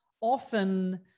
often